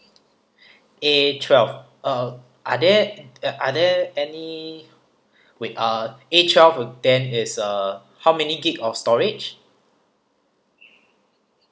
A twelve uh are there uh are there any with uh A twelve with then it's uh how many gig of storage